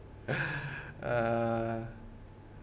uh